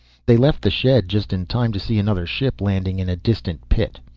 they left the shed just in time to see another ship landing in a distant pit.